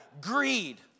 greed